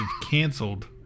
canceled